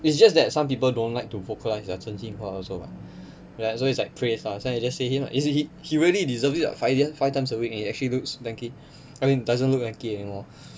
it's just that some people don't like to vocalize their 真心话 also [what] ya so it's like praise lah so I just say him is he he really deserve it [what] five da~ five times a week and he actually looks lanky I mean doesn't look lanky anymore